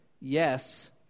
yes